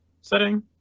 setting